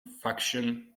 faction